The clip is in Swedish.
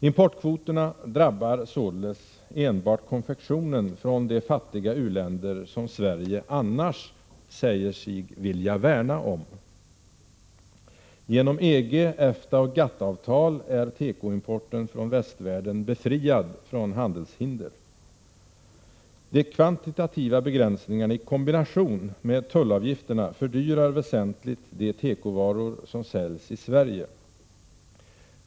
Importkvoterna drabbar således enbart konfektionen från de fattiga u-länder som Sverige annars säger sig vilja värna om. Genom EG-, EFTA och GATT-avtal är tekoimporten från västvärlden befriad från handelshinder. De kvantitativa begränsningarna i kombination med tullavgifterna fördyrar väsentligt de tekovaror som säljs i Sverige.